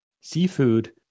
seafood